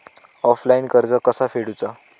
Offline कर्ज कसा फेडूचा?